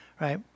right